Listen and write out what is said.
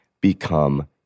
become